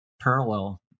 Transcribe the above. parallel